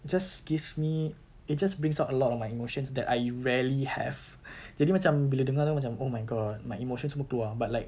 just gives me it just brings out a lot of my emotions that I rarely have jadi macam bila dengar jer macam oh my god my emotions semua keluar but like